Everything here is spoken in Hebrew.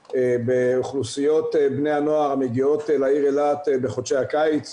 באוכלוסיות בני הנוער המגיעות לעיר אילת בחודשי הקיץ.